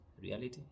reality